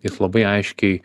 jis labai aiškiai